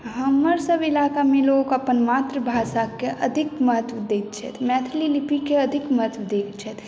हमर सब इलाका मे लोक अपन मातृभाषा के अधिक महत्व दैत छथि मैथिली लिपि के अधिक महत्व दैत छथि